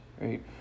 right